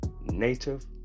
Native